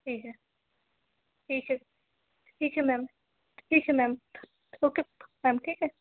ठीक है ठीक है ठीक है मैम ठीक है मैम ओके मैम ठीक है